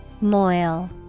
Moil